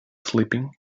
sleeping